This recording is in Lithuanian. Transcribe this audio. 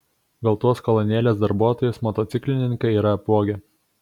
gal tuos kolonėlės darbuotojus motociklininkai yra apvogę